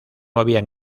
habían